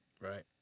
right